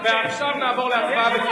אנחנו נעבור להצבעה.